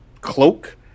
cloak